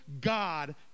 God